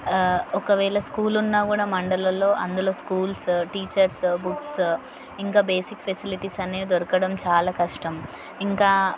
ఒకవేళ స్కూలు ఉన్నా కూడా మండలాల్లో అందులో స్కూల్స్ టీచర్స్ బుక్స్ ఇంకా బేసిక్ ఫెసిలిటీస్ అనేవి దొరకడం చాలా కష్టం ఇంకా